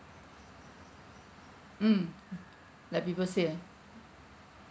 mm like people say ah